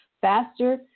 faster